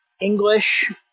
English